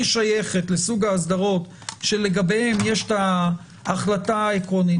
היא שייכת לסוג האסדרות שלגביהן יש את ההחלטה העקרונית.